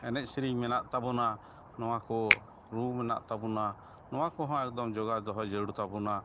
ᱮᱱᱮᱡᱼᱥᱮᱨᱮᱧ ᱢᱮᱱᱟᱜ ᱛᱟᱵᱚᱱᱟ ᱱᱚᱣᱟᱠᱚ ᱨᱩ ᱢᱮᱱᱟᱜ ᱛᱟᱵᱚᱱᱟ ᱱᱚᱣᱟᱠᱚᱦᱚᱸ ᱮᱠᱫᱚᱢ ᱡᱚᱜᱟᱣ ᱫᱚᱦᱚ ᱡᱟᱹᱨᱩᱲ ᱛᱟᱵᱚᱱᱟ